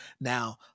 Now